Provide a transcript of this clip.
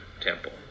temple